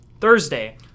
Thursday